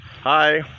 hi